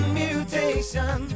mutation